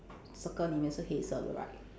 circle 里面是黑色的 right